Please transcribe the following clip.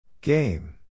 Game